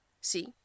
See